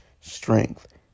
strength